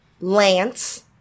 lance